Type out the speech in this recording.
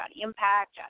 Impact